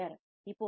இப்போது Rf 3